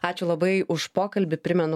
ačiū labai už pokalbį primenu